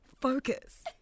focus